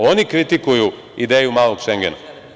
Oni kritiku ideju malog Šengena.